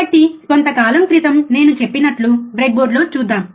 కాబట్టి కొంతకాలం క్రితం నేను చెప్పినట్లు బ్రెడ్బోర్డులో చూద్దాం